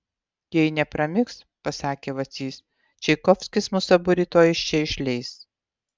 jei nepramigs pasakė vacys čaikovskis mus abu rytoj iš čia išleis